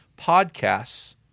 podcasts